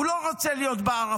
הוא לא רוצה להיות בערפל,